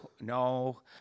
no